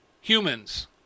humans